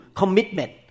commitment